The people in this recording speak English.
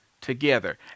together